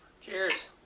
Cheers